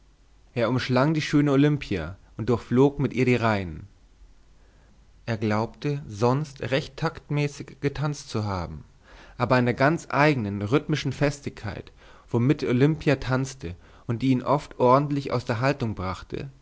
er umschlang die schöne olimpia und durchflog mit ihr die reihen er glaubte sonst recht taktmäßig getanzt zu haben aber an der ganz eignen rhythmischen festigkeit womit olimpia tanzte und die ihn oft ordentlich aus der haltung brachte